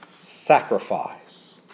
Sacrifice